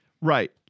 Right